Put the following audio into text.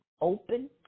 open